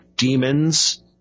Demons